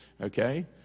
Okay